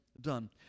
done